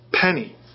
penny